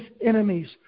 enemies